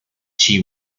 she